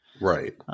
Right